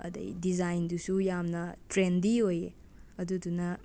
ꯑꯗꯒꯤ ꯗꯤꯖꯥꯏꯟꯗꯨꯁꯨ ꯌꯥꯝꯅ ꯇ꯭ꯔꯦꯟꯗꯤ ꯑꯣꯏꯌꯦ ꯑꯗꯨꯗꯨꯅ